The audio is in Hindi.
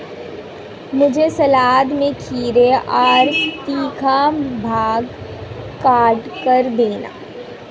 मुझे सलाद में खीरे का तीखा भाग काटकर देना